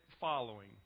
following